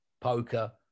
poker